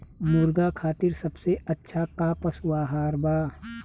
मुर्गा खातिर सबसे अच्छा का पशु आहार बा?